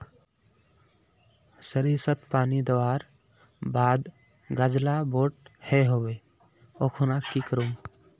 सरिसत पानी दवर बात गाज ला बोट है होबे ओ खुना की करूम?